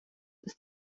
ist